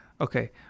Okay